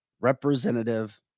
Representative